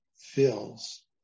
feels